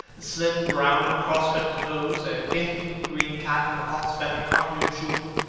slim, brown, cross-gartered hose, a dainty little green cap with a hawk's feather caught in a jewel,